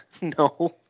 No